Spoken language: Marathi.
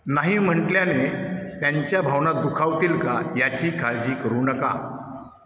नाही म्हटल्याने त्यांच्या भावना दुखावतील का याची काळजी करू नका